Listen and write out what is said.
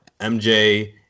MJ